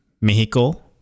Mexico